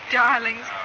darlings